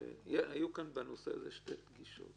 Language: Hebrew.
היו כאן בנושא הזה שתי גישות: